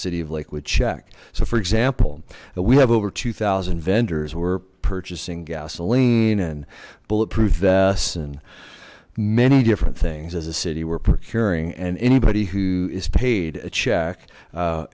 city of lakewood check so for example we have over two thousand vendors were purchasing gasoline and bulletproof vests and many different things as a city we're procuring and anybody who is paid a check